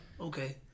okay